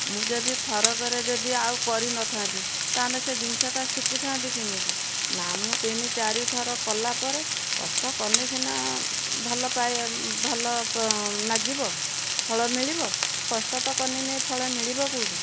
ମୁଁ ଯଦି ଥରକରେ ଯଦି ଆଉ କରିନଥାନ୍ତି ତା'ହେଲେ ସେ ଜିନିଷଟା ଶିଖିଥାନ୍ତି କେମିତି ନା ମୁଁ ତିନି ଚାରିଥର କଲା ପରେ କଷ୍ଟ କଲେ ସିନା ଭଲ ପାଇଁ ଭଲ ଲାଗିବ ଫଳ ମିଳିବ କଷ୍ଟ ତ କଲେନି ଫଳ ମିଳିବ କେଉଁଠୁ